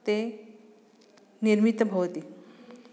ते निर्मिताः भवन्ति